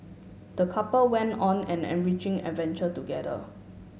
the couple went on an enriching adventure together